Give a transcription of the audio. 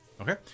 Okay